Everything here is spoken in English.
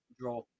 draw